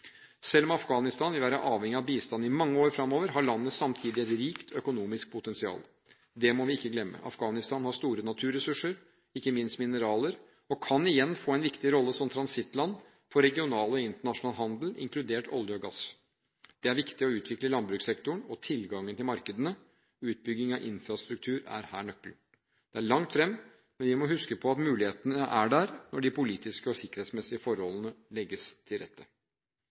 Selv om Afghanistan vil være avhengig av bistand i mange år fremover, har landet samtidig et rikt økonomisk potensial. Det må vi ikke glemme. Afghanistan har store naturressurser, ikke minst mineraler, og kan igjen få en viktig rolle som transittland for regional og internasjonal handel, inkludert olje og gass. Det er viktig å utvikle landbrukssektoren og tilgangen til markedene. Utbygging av infrastruktur er her nøkkelen. Det er langt fram, men vi må huske på at mulighetene er der, når de politiske og sikkerhetsmessige forholdene legges til rette.